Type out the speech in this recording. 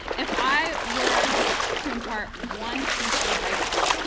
if i were to impart one piece of advice to you,